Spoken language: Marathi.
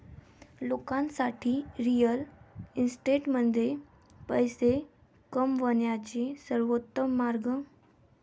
लोकांसाठी रिअल इस्टेटमध्ये पैसे कमवण्याचा सर्वोत्तम मार्ग